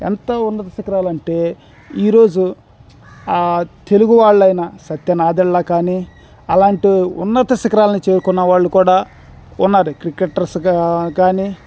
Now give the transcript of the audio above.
ఎంతో ఉన్నత శిఖరాలు అంటే ఈరోజు తెలుగు వాళ్ళయిన సత్య నాదెళ్ళ కానీ అలాంటి ఉన్నత శిఖరాలని చేరుకున్న వాళ్ళు కూడా ఉన్నారు క్రికెటర్స్గా కానీ